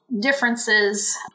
differences